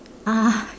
(uh huh)